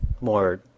more